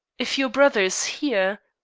if your brother is here